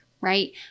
right